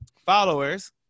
followers